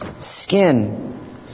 skin